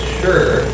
sure